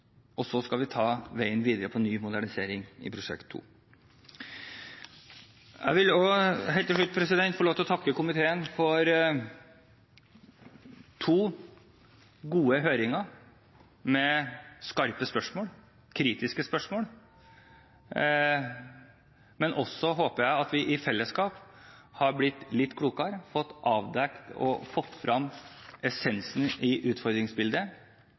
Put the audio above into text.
og så skal vi ta veien videre mot ny modernisering i Prosjekt 2. Jeg vil helt til slutt få lov til å takke komiteen for to gode høringer med skarpe spørsmål, kritiske spørsmål, men jeg håper at vi i fellesskap har blitt litt klokere og fått avdekket og fått frem essensen i utfordringsbildet